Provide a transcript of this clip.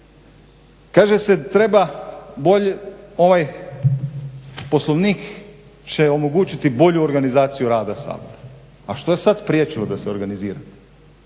Kaže se ovaj Poslovnik će omogućiti bolju organizaciju rada Sabora. A što je sad priječilo da se organizira?